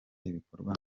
ibikorwa